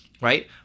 right